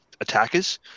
attackers